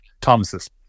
Thomas's